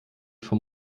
vom